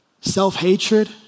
self-hatred